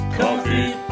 coffee